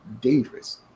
dangerous